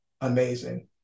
amazing